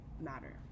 matter